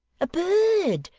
a bird,